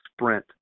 sprint